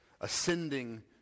ascending